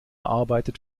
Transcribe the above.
arbeitet